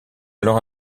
alors